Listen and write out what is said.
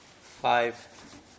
five